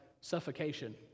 suffocation